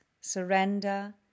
surrender